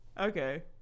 Okay